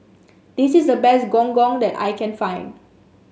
this is the best Gong Gong that I can find